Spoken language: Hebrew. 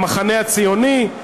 המחנה הציוני,